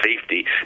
safety